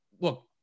Look